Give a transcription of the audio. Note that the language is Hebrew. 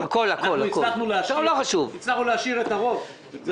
הצלחנו להשאיר את הרוב, לא הכול.